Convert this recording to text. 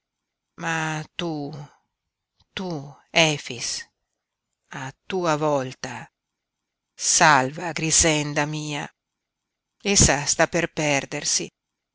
ma tu tu efix a tua volta salva grixenda mia essa sta per perdersi